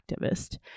Activist